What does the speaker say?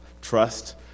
trust